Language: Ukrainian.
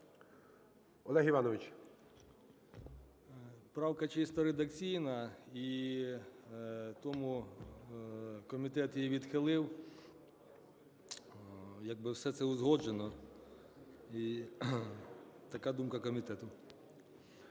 О.І. Правка чисто редакційна, і тому комітет її відхилив, як би все це узгоджено і така думка комітету.